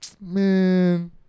man